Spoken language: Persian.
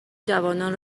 جوانان